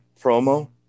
promo